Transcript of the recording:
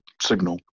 signal